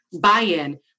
buy-in